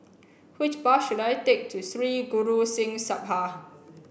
which bus should I take to Sri Guru Singh Sabha